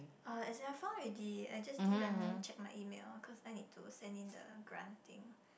uh as in I found already I just didn't check my email cause I need to send in the grant thing